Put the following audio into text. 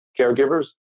caregivers